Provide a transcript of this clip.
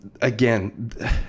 again